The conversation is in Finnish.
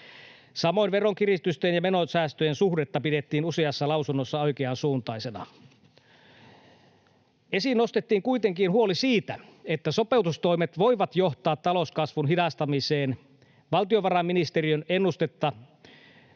Samoin veronkiristysten ja menosäästöjen suhdetta pidettiin useassa lausunnossa oikean suuntaisena. Esiin nostettiin kuitenkin huoli siitä, että sopeutustoimet voivat johtaa talouskasvun hidastumiseen. Valtiovarainministeriön ennusteessa